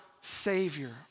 savior